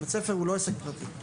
בית ספר הוא לא עסק פרטי,